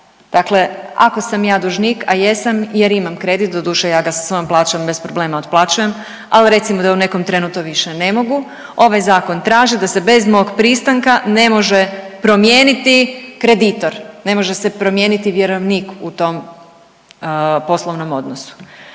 Dakle, ako sam ja dužnik, a jesam jer imam kredit, doduše, ja ga sa svojom plaćom bez problema otplaćujem, ali recimo, da u nekom trenu to više ne mogu, ovaj Zakon traži da se bez mog pristanka ne može promijeniti kreditor, ne može se promijeniti vjerovnik u tom poslovnom odnosu.